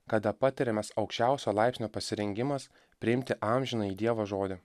kada patiriamas aukščiausio laipsnio pasirengimas priimti amžinąjį dievo žodį